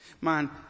man